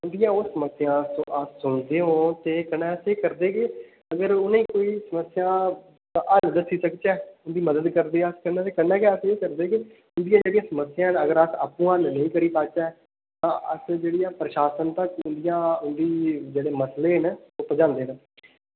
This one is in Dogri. उंदियां ओह् समस्यां अस अस सुनदे होन ते कन्नै केह् करदे कि अगर उ'नेंई कोई समस्या हल दस्सी सकचै उं'दी मदद करदे आं ते कन्नै गै अस एह् करदे कि अगर समस्या न अगर अस आपूं हल नेईं करी पाचै ते अस जेह्ड़ियां ओह् प्रशासन तक जेह्ड़ियां उं'दी जेह्ड़े मसले न ओह् पजांदे न